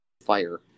fire